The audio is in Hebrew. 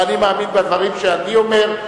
ואני מאמין בדברים שאני אומר,